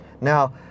now